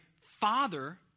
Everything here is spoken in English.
father